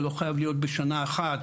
זה לא חייב להיות בשנה אחת,